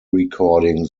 recording